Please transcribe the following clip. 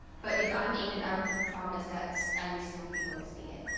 but if i'm i mean and i promise that, at least, some people will see it.